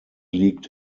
liegt